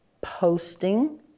posting